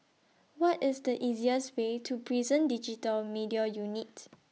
What IS The easiest Way to Prison Digital Media Unit